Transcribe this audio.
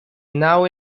now